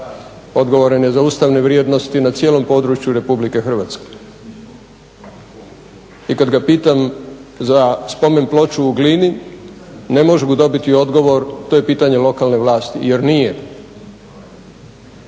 odgovoran je za ustavne vrijednosti na cijelom području Republike Hrvatske. I kad ga pitam za spomenu ploču u Glini, ne mogu dobiti odgovor, to je pitanje lokalne vlasti, jer nije,